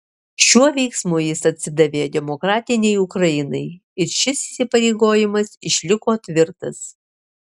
šiuo veiksmu jis atsidavė demokratinei ukrainai ir šis įsipareigojimas išliko tvirtas